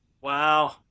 Wow